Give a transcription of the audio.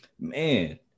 Man